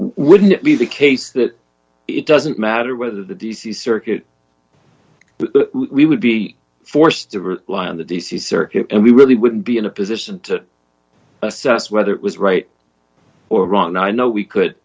wouldn't it be the case that it doesn't matter whether the d c circuit we would be forced to rely on the d c circuit and we really wouldn't be in a position to assess whether it was right or wrong i know we could